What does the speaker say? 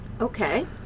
Okay